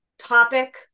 Topic